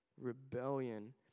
rebellion